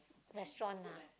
restaurant lah